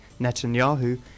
Netanyahu